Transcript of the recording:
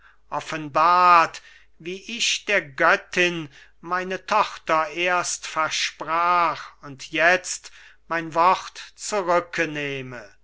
offenbart wie ich der göttin meine tochter erst versprach und jetzt mein wort